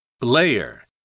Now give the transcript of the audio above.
Layer